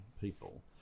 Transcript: people